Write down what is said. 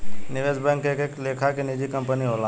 निवेश बैंक एक एक लेखा के निजी कंपनी होला